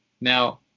now